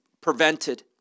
prevented